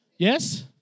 Yes